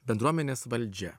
bendruomenės valdžia